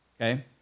okay